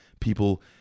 people